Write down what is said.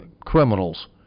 criminals